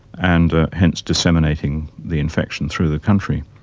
and hence disseminating the infection through the country.